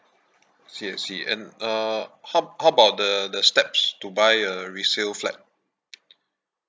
I see I see and uh how how about the the steps to buy a resale flat